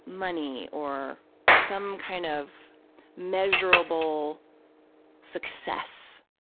money or some kind of measurable success.